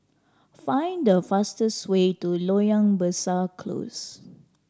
find the fastest way to Loyang Besar Close